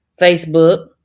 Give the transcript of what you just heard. Facebook